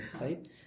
Right